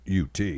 UT